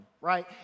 right